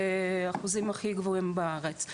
ואלה האחוזים הכי גבוהים בארץ.